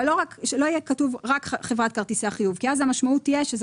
אבל שלא יהיה כתוב רק חברת כרטיסי החיוב כי אז המשמעות תהיה שזה